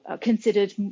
considered